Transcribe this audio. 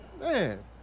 Man